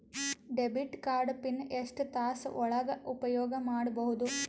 Debit card pin ಎಷ್ಟ ತಾಸ ಒಳಗ ಉಪಯೋಗ ಮಾಡ್ಬಹುದು?